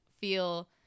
feel